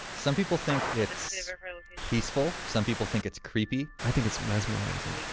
some people think it's peaceful. some people think it's creepy i think it's mesmerizing.